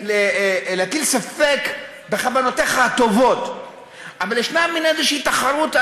להטיל ספק בכוונותיך הטובות, אבל ישנה מין תחרות.